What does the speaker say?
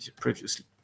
previously